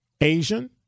Asian